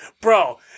Bro